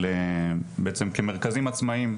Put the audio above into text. כמרכזים עצמאיים,